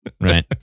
Right